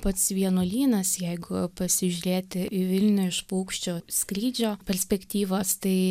pats vienuolynas jeigu pasižiūrėti į vilnių iš paukščio skrydžio perspektyvos tai